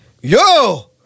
Yo